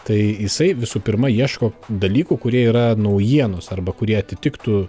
tai jisai visų pirma ieško dalykų kurie yra naujienos arba kurie atitiktų